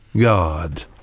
God